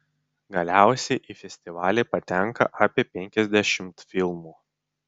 galiausiai į festivalį patenka apie penkiasdešimt filmų